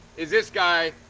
is this guy.